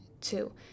two